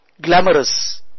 glamorous